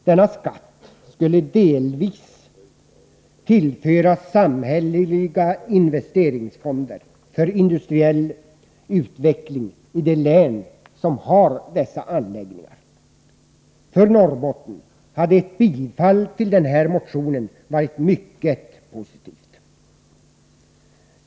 Denna skatt skulle delvis tillföras samhälleliga investeringsfonder för industriell utveckling i de län som har dessa anläggningar. För Norrbotten hade ett bifall till den här motionen varit mycket positivt.